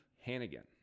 Hannigan